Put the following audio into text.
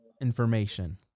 information